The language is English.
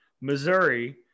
Missouri